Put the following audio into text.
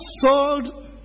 sold